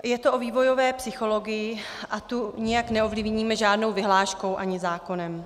Je to o vývojové psychologii a tu nijak neovlivníme žádnou vyhláškou ani zákonem.